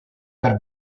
per